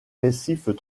récifs